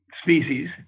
species